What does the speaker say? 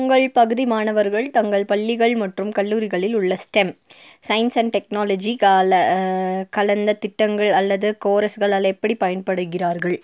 உங்கள் பகுதி மாணவர்கள் தங்கள் பள்ளிகள் மற்றும் கல்லூரிகளில் உள்ள ஸ்டெம் சயின்ஸ் அண்டு டெக்னாலஜி கால கலந்த திட்டங்கள் அல்லது கோரஸ்கள் அதில் எப்படி பயன்படுகிறார்கள்